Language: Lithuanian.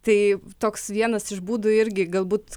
tai toks vienas iš būdų irgi galbūt